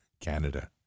Canada